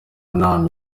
nama